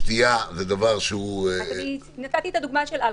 שתייה זה דבר שהוא --- נתתי את הדוגמה של אלכוהול.